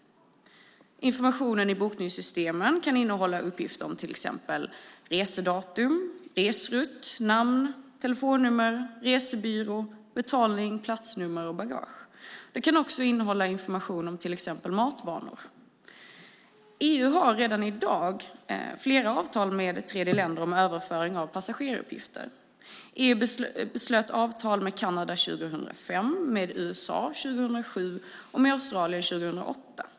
Informationen i bokningssystemen kan innehålla uppgifter om till exempel resedatum, resrutt, namn, telefonnummer, resebyrå, betalning, platsnummer och bagage. Den kan också innehålla uppgifter om till exempel matvanor. EU har redan i dag flera avtal med tredjeländer om överföring av passageraruppgifter. EU slöt avtal med Kanada år 2005, med USA år 2007 och med Australien år 2008.